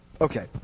Okay